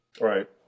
Right